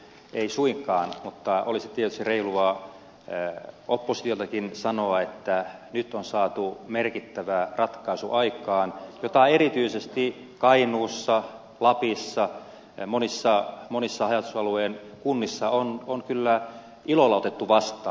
ei suinkaan mutta olisi tietysti reilua oppositioltakin sanoa että nyt on saatu aikaan merkittävä ratkaisu joka erityisesti kainuussa lapissa monissa haja asutusalueen kunnissa on kyllä ilolla otettu vastaan